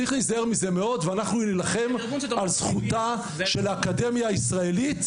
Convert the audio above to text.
צריך להיזהר מזה מאוד ואנחנו נילחם על זכותה של האקדמיה הישראלית,